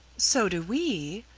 so do we,